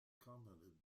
commented